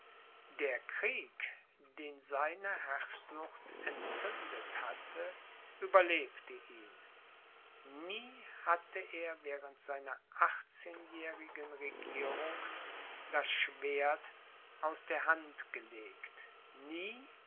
der krieg den seine herrschsucht entzündet hatte überlebte ihn nie hatte er während seiner achtzehnjährigen regierung das schwert aus der hand gelegt nie